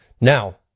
Now